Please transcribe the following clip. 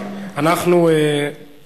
6, אין מתנגדים, אין נמנעים.